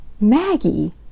Maggie